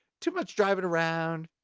too much driving around,